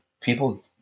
People